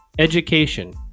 education